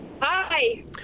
hi